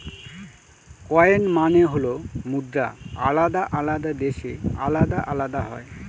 coin মানে হল মুদ্রা আলাদা আলাদা দেশে আলাদা আলাদা হয়